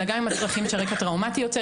אלא גם עם הצרכים שרקע טראומתי יוצר.